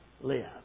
live